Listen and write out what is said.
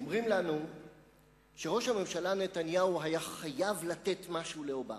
אומרים לנו שראש הממשלה נתניהו היה חייב לתת משהו לאובמה,